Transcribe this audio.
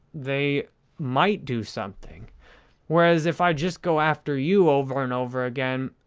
they might do something whereas if i just go after you over and over again,